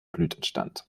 blütenstand